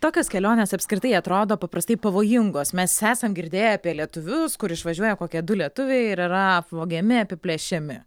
tokios kelionės apskritai atrodo paprastai pavojingos mes esam girdėję apie lietuvius kur išvažiuoja kokie du lietuviai ir yra apvogiami apiplėšiami